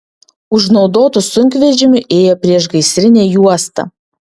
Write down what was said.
už naudotų sunkvežimių ėjo priešgaisrinė juosta